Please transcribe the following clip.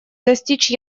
достичь